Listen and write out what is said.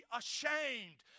ashamed